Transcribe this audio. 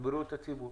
לבריאות הציבור.